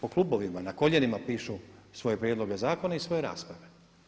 Po klubovima na koljenima pišu svoje prijedloge zakona i svoje rasprave.